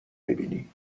ببینی